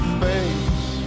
face